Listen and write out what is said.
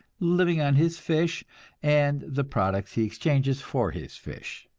living on his fish and the products he exchanges for his fish.